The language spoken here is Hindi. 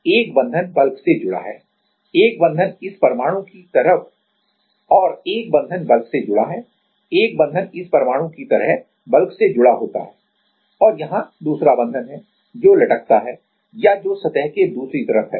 और एक बंधन बल्क से जुड़ा है एक बंधन इस परमाणु की तरह बल्क से जुड़ा होता है औरयहां दूसरा बंधन है जो लटकता है या जो सतह के दूसरी तरफ है